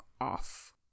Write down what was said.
off